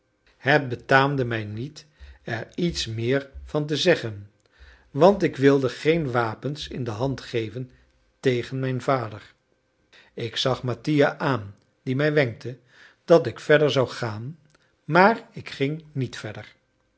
het betaamde mij niet er iets meer van te zeggen want ik wilde geen wapens in de hand geven tegen mijn vader ik zag mattia aan die mij wenkte dat ik verder zou gaan maar ik ging niet verder